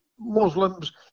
Muslims